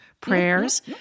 Prayers